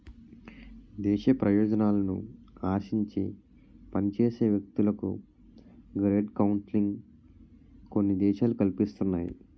దేశ ప్రయోజనాలను ఆశించి పనిచేసే వ్యక్తులకు గ్రేట్ కౌన్సిలింగ్ కొన్ని దేశాలు కల్పిస్తున్నాయి